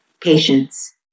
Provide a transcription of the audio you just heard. Patience